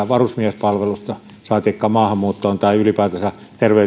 varusmiespalvelusta rauhanturvaan saatikka maahanmuuttoon tai ylipäätänsä